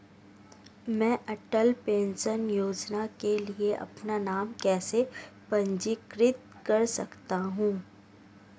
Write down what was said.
मैं अटल पेंशन योजना के लिए अपना नाम कैसे पंजीकृत कर सकता हूं?